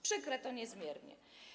Przykre to niezmiernie.